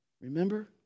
Remember